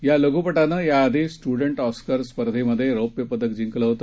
या लघ्पटानं याआधी स्टुडंट ऑस्कर स्पर्धेत रौप्य पदक जिंकलं आहे